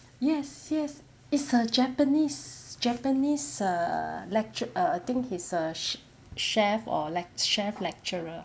yes yes it's a japanese japanese err lecture err think he's a chef or lec~ chef lecturer